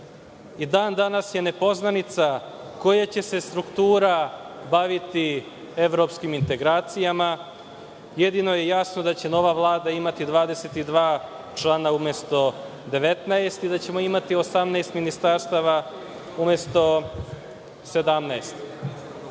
I dan danas je nepoznanica koja će se struktura baviti evropskim integracijama. Jedino je jasno da će nova Vlada imati 22 člana umesto 19 i da ćemo imati 18 ministarstava umesto